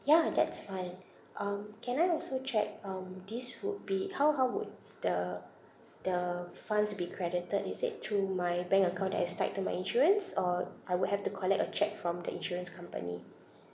ya that's fine um can I also check um this would be how how would the the funds would be credited is it through my bank account that is tied to my insurance or I would have to collect a cheque from the insurance company